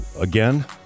again